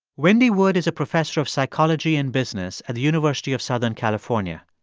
wendy wood is a professor of psychology and business at the university of southern california.